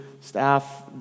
staff